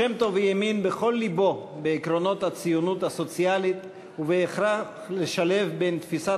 שם-טוב האמין בכל לבו בעקרונות הציונות הסוציאלית ובהכרח לשלב בין תפיסת